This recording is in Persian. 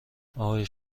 اقای